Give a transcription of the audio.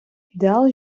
ідеал